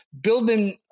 building